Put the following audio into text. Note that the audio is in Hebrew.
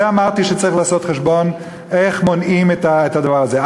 על זה אמרתי שצריך לעשות חשבון איך מונעים את הדבר הזה.